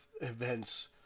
events